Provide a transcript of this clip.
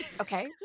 okay